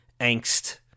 angst